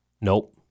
nope